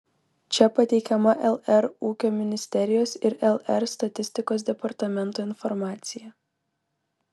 čia pateikiama lr ūkio ministerijos ir lr statistikos departamento informacija